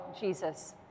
Jesus